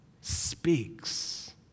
speaks